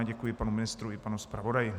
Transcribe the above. Děkuji panu ministrovi i panu zpravodaji.